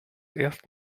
erst